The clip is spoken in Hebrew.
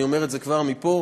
אני אומר את זה כבר מפה.